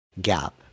gap